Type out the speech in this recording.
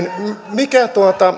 mikä